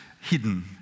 hidden